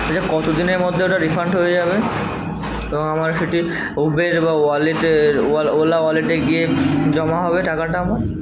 এটা কত দিনের মধ্যে ওটা রিফান্ড হয়ে যাবে এবং আমার সেটি উবর বা ওয়ালেটের ওলা ওয়ালেটে গিয়ে জমা হবে টাকাটা আমার